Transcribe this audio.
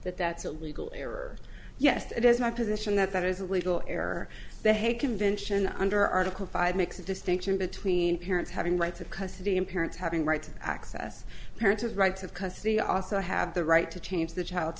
that that's a legal error yes it is my position that that is a legal error the hague convention under article five makes a distinction between parents having rights of custody and parents having rights of access parents have rights of custody also have the right to change the child